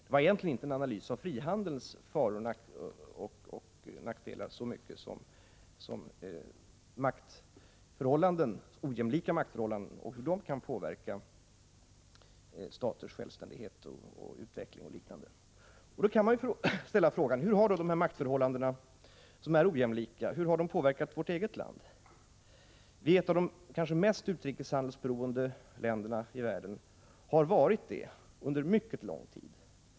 Det var väl egentligen inte någon analys av frihandelns föroch nackdelar så mycket som av ojämlika maktförhållanden och hur de kan påverka staters självständighet, utveckling och liknande. Då kan man ställa frågan: Hur har dessa maktförhållande, som är ojämlika, påverkat vårt eget land? Sverige är ett av de kanske mest utrikeshandelsberoende länderna i världen och har varit det under mycket lång tid.